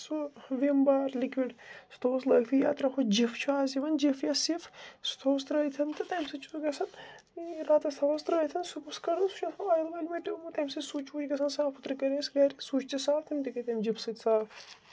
سُہ وِم بار لِکوِڈ سُہ تھووُس لٲگتھی یا ترٛاوہوس جِف چھُ آز یِوان جِف یا سِف سُہ تھووُس ترٛٲیِتھ تہٕ تَمہِ سۭتۍ چھُ ہُہ گَژھان راتَس تھَووس ترٛٲیِتھ صُبحَس کروس سُہ چھُ آسان آیِل وایل مِٹیومُت تَمہِ سۭتۍ سُچ وُچ گَژھان صاف اوترٕ کرے اَسہِ گَرکۍ سُچ تہِ صاف تِم تہِ گٔے تَمہِ جِف سۭتۍ صاف